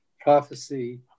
prophecy